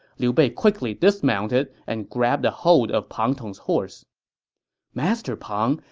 liu bei quickly dismounted and grabbed a hold of pang tong's horse master pang,